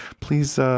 please